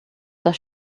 does